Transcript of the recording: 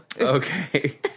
Okay